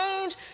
change